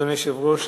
אדוני היושב-ראש,